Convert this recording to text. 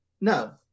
no